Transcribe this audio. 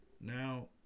now